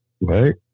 Right